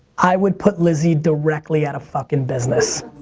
i would put lizzie directly out of fuckin business.